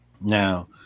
Now